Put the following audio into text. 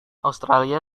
australia